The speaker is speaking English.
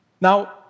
Now